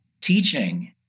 teaching